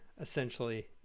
essentially